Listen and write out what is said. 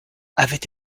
avait